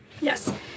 Yes